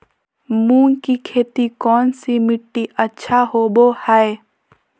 मूंग की खेती कौन सी मिट्टी अच्छा होबो हाय?